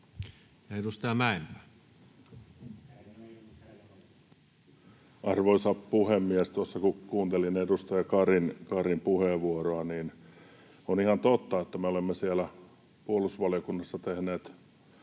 Content: Arvoisa puhemies! Tuossa kuuntelin edustaja Karin puheenvuoroa, ja on ihan totta, että me olemme siellä puolustusvaliokunnassa tehneet